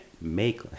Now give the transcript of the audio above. make